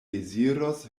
deziros